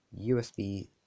USB